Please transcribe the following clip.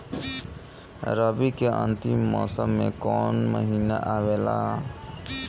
रवी के अंतिम मौसम में कौन महीना आवेला?